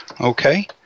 Okay